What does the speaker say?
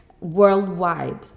worldwide